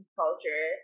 culture